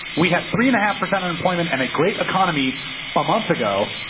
we have three and a half percent unemployment and a great economy a month ago,